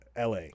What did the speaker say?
la